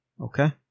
Okay